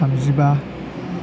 थामजिबा